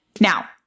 now